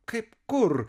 kaip kur